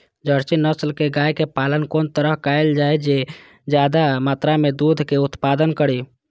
Jersey नस्ल के गाय के पालन कोन तरह कायल जाय जे ज्यादा मात्रा में दूध के उत्पादन करी?